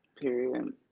period